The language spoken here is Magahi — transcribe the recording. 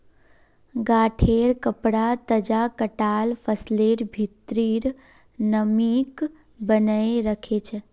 गांठेंर कपडा तजा कटाल फसलेर भित्रीर नमीक बनयें रखे छै